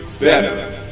Better